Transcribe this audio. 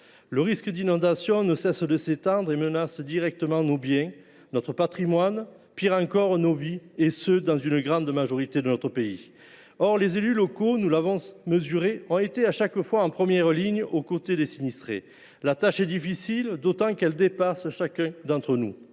Le risque d’inondation ne cesse de s’accroître et il menace directement nos biens, notre patrimoine, pis encore nos vies, et ce dans une large part de notre pays. Or les élus locaux – nous l’avons mesuré – ont été, à chaque fois, en première ligne aux côtés des sinistrés. La tâche est difficile d’autant qu’elle dépasse chacun d’entre nous.